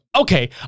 Okay